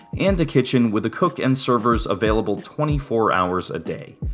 and a kitchen with a cook and servers available twenty four hours a day.